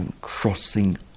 crossing